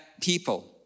people